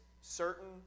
certain